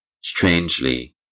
Strangely